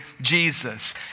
Jesus